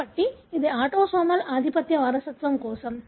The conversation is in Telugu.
కాబట్టి ఇది ఆటోసోమల్ ఆధిపత్య వారసత్వం కోసం